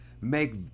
make